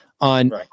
on